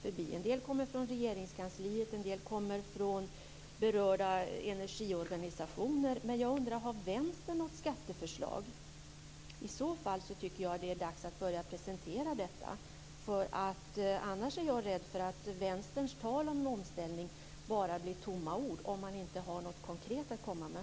En del kommer från Regeringskansliet, en del kommer från berörda energiorganisationer. Men jag undrar: Har Vänstern något skatteförslag? I så fall tycker jag att det dags att börja presentera detta. Annars är jag rädd att Vänsterns tal om omställning bara blir tomma ord - om man inte har något konkret att komma med.